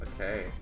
Okay